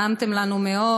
נעמתם לנו מאוד.